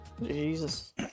Jesus